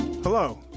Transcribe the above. Hello